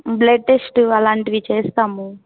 blood test అలాంటివి చేస్తాము